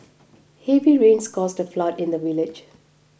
heavy rains caused a flood in the village